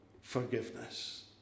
forgiveness